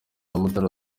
mutara